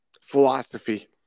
Philosophy